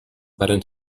varen